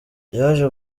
yaje